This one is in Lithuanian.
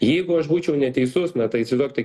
jeigu aš būčiau neteisus na tai įsivaizduokite